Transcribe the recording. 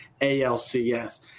ALCS